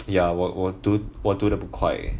ya 我我读得不快